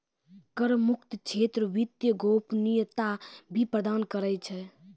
कर मुक्त क्षेत्र वित्तीय गोपनीयता भी प्रदान करै छै